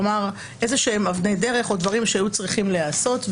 כלומר איזה שהן אבני דרך או דברים שהיו צריכים להיעשות,